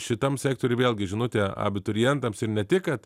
šitam sektoriuj vėlgi žinutė abiturientams ir ne tik kad